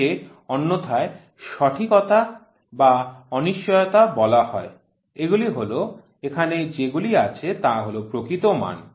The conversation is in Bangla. একে অন্যথায় সঠিকতা বা অনিশ্চয়তা বলা হয় এগুলি হল এখানে যে গুলি আছে তা হল প্রকৃত মান